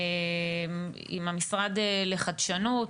המשרד לחדשנות,